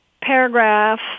paragraph